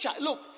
Look